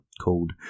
called